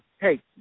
hey